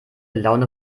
laune